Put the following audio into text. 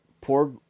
poor